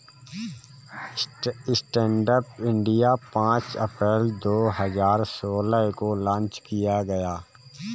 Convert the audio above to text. stand up India पांच अप्रैल दो हजार सोलह को लॉन्च किया गया